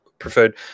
preferred